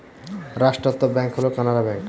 রাষ্ট্রায়ত্ত ব্যাঙ্ক হল কানাড়া ব্যাঙ্ক